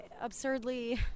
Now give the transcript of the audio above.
absurdly